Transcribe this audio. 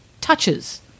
touches